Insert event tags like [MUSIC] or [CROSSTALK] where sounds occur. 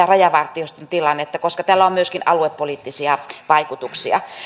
[UNINTELLIGIBLE] rajavartioston tilannetta koska tällä on myöskin aluepoliittisia vaikutuksia